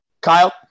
Kyle